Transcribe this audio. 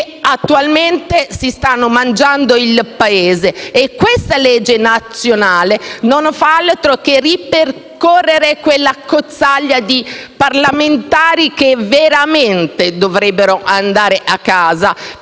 attualmente si stanno mangiando il Paese e questa legge nazionale non fa altro che riconfermare quell'accozzaglia di parlamentari che veramente dovrebbero andare a casa.